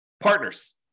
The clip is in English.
Partners